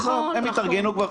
עזוב, הם התארגנו כבר.